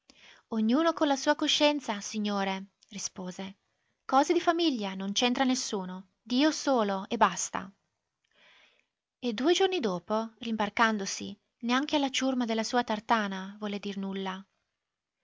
ognuno con la sua coscienza signore rispose cose di famiglia non c'entra nessuno dio solo e basta e due giorni dopo rimbarcandosi neanche alla ciurma della sua tartana volle dir nulla